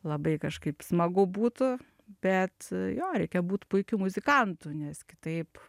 labai kažkaip smagu būtų bet jo reikia būt puikiu muzikantu nes kitaip